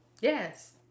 Yes